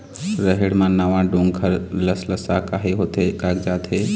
रहेड़ म नावा डोंक हर लसलसा काहे होथे कागजात हे?